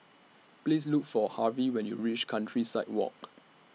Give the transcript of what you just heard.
Please Look For Harvie when YOU REACH Countryside Walk